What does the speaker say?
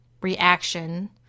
reaction